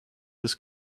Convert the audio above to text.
his